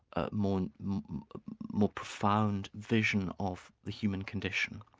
ah more more profound vision of the human condition.